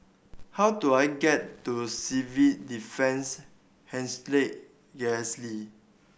how do I get to Civil Defence